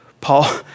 Paul